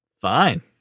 Fine